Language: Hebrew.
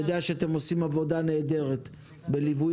אני יודע שאתם עושים עבודה נהדרת בליווי